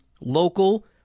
local